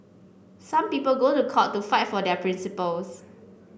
some people go to court to fight for their principles